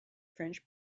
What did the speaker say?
french